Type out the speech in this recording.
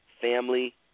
Family